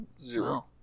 zero